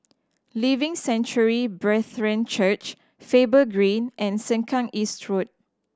Living Sanctuary Brethren Church Faber Green and Sengkang East Road